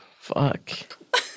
fuck